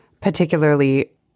particularly